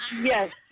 yes